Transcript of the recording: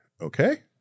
Okay